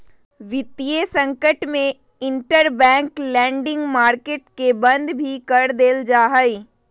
वितीय संकट में इंटरबैंक लेंडिंग मार्केट के बंद भी कर देयल जा हई